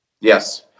Yes